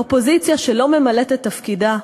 אופוזיציה שלא ממלאת את תפקידה,